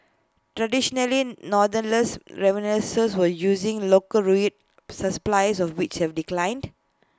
traditionally northeastern refineries were using local read of which have declined